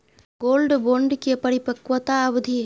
Gold bond के परिपक्वता अवधि?